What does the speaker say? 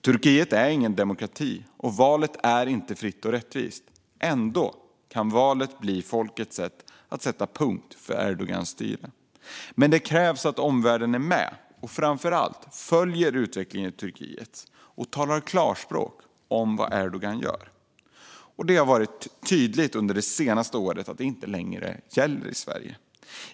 Turkiet är ingen demokrati, och valet är inte fritt och rättvist. Ändå kan valet bli folkets sätt att sätta punkt för Erdogans styre. Men det kräver att omvärlden är med och följer utvecklingen i Turkiet och framför allt talar klarspråk om vad Erdogan gör. Det har varit tydligt under det senaste året att detta inte längre gäller Sverige.